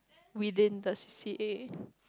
within the C_C_A